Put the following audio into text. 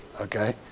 Okay